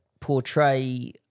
portray